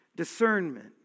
discernment